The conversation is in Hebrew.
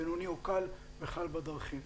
בינוני או קל בכלל בדרכים.